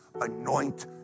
anoint